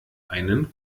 einen